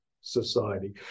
society